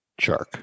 Chark